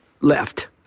left